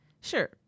Sure